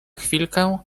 chwilkę